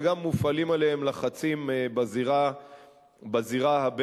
וגם מופעלים עליהם לחצים בזירה הבין-לאומית.